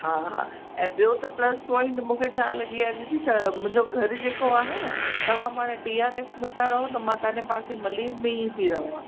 हा हा ऐं ॿियो त प्लस पॉइंट मूंखे छा लॻी आहे दीदी त मुंहिंजो घर जेको आहे न तव्हां पाण टी आर एफ़ में था रहो त मां तव्हां जे पासे मलीर में ई थी रहां